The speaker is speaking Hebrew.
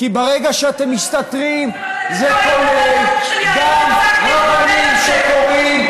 כי ברגע שאתם מסתתרים, זה כולל גם רבנים שקוראים